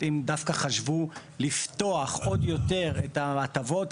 אם דווקא חשבו לפתוח עוד יותר את ההטבות,